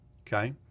okay